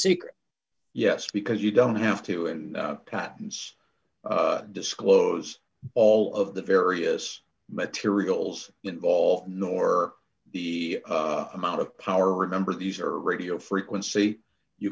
secret yes because you don't have to and patents disclose all of the various materials involved nor the amount of power remember these are radio frequency you